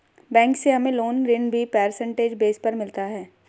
bank से हमे loan ऋण भी परसेंटेज बेस पर मिलता है